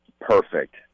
perfect